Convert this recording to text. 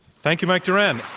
thank you, mike doran.